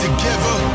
Together